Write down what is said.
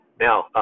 now